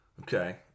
Okay